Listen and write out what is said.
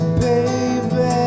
baby